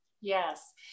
Yes